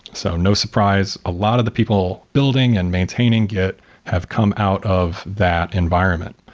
so no surprise, a lot of the people building and maintaining git have come out of that environment.